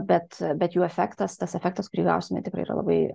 bet bet jų efektas tas efektas kurį gausime tikrai yra labai